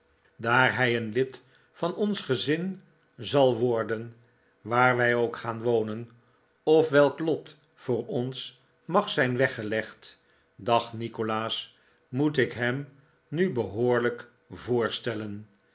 daar hij een lid van ons gezin zal worden waar wij ook gaan wonen of welk lot voor ons mag zijn weggelegd dacht nikolaas moet ik hem nu behoorlijk voorstellen